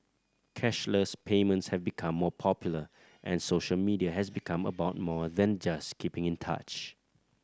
cashless payments have become more popular and social media has become about more than just keeping in touch